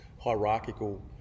hierarchical